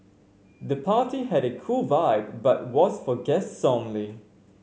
the party had a cool vibe but was for guests only